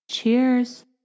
Cheers